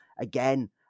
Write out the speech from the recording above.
again